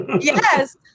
Yes